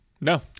No